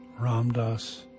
Ramdas